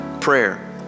prayer